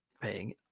paying